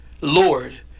Lord